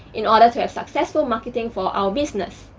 in order to have successful marketing for our business.